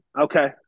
Okay